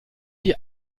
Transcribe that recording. die